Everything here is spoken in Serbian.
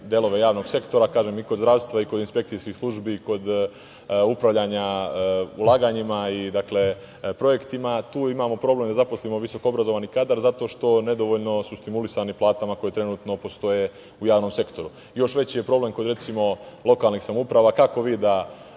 delove javnog sektora, kažem, i kod zdravstva i kod inspekcijskih službi, kod upravljanja ulaganjima i projektima. Tu imamo problem da zaposlimo visokoobrazovani kadar zato što su nedovoljno stimulisani platama koje trenutno postoje u javnom sektoru. Još veći je problem kod, recimo, lokalnih samouprava. Kako vi da